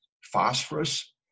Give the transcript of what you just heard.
phosphorus